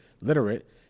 literate